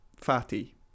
Fatty